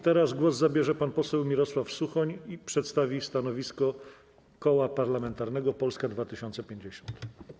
Teraz głos zabierze pan poseł Mirosław Suchoń i przedstawi stanowisko Koła Parlamentarnego Polska 2050.